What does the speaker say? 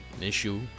issue